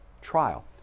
trial